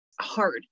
hard